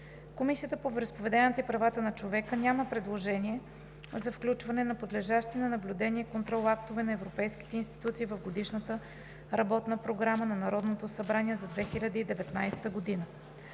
Комисията по вероизповеданията и правата на човека няма предложение за включване на подлежащи на наблюдение и контрол актове на европейските институции в Годишната работна програма на Народното събрание за 2019 г.